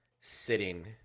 sitting